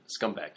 Scumbag